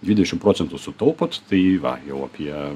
dvidešim procentų sutaupot tai va jau apie